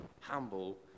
humble